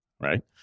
right